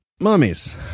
mummies